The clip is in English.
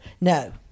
No